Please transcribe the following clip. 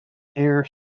air